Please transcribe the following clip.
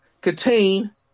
contain